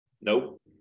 Nope